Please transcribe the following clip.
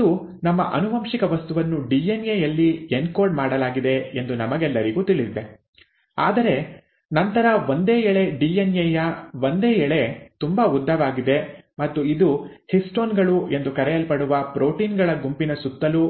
ಮತ್ತು ನಮ್ಮ ಆನುವಂಶಿಕ ವಸ್ತುವನ್ನು ಡಿಎನ್ಎ ಯಲ್ಲಿ ಎನ್ಕೋಡ್ ಮಾಡಲಾಗಿದೆ ಎಂದು ನಮಗೆಲ್ಲರಿಗೂ ತಿಳಿದಿದೆ ಆದರೆ ನಂತರ ಒಂದೇ ಎಳೆ ಡಿಎನ್ಎ ಯ ಒಂದೇ ಎಳೆ ತುಂಬಾ ಉದ್ದವಾಗಿದೆ ಮತ್ತು ಇದು ಹಿಸ್ಟೋನ್ ಗಳು ಎಂದು ಕರೆಯಲ್ಪಡುವ ಪ್ರೋಟೀನ್ ಗಳ ಗುಂಪಿನ ಸುತ್ತಲೂ